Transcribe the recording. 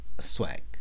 swag